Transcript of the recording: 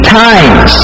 times